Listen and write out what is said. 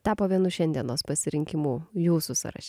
tapo vienu šiandienos pasirinkimų jūsų sąraše